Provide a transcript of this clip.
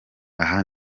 aha